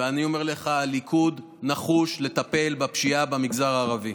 אני פניתי וביקשתי לבטל את ועדת השרים לחקיקה.